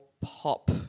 pop